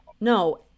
no